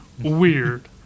weird